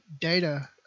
Data